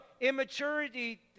immaturity